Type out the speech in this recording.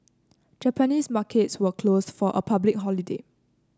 Japanese markets were closed for a public holiday